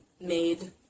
made